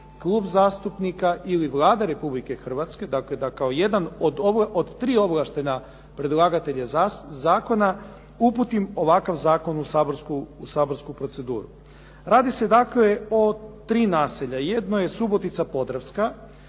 klub zastupnika ili Vlada Republike Hrvatske, dakle da kao jedan od tri ovlaštena predlagatelja zakona uputim ovakav zakon u saborsku proceduru. Radi se dakle o tri naselja. Jedno je Subotica Podravska